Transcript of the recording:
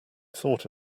thought